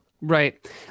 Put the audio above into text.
Right